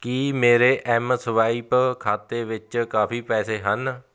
ਕੀ ਮੇਰੇ M Swipe ਖਾਤੇ ਵਿੱਚ ਕਾਫ਼ੀ ਪੈਸੇ ਹਨ